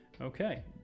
Okay